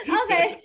okay